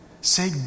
say